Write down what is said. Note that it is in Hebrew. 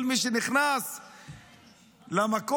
כל מי שנכנס למכולת,